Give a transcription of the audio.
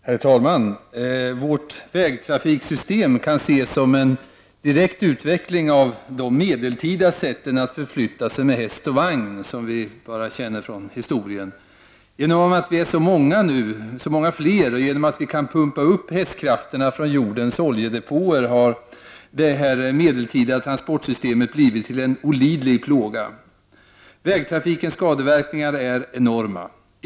Herr talman! Vårt vägtrafiksystem kan ses som en direkt utveckling av de medeltida sätten att förflytta sig med häst och vagn. Genom att vi är så många fler och genom att vi kan pumpa upp hästkrafterna från jordens oljedepåer har detta medeltida transportsystem blivit olidligt. Vägtrafikens skadeverkningar är enorma.